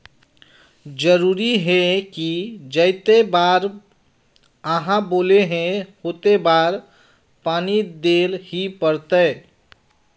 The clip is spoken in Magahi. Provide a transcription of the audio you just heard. जरूरी है की जयते बार आहाँ बोले है होते बार पानी देल ही पड़ते?